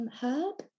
herb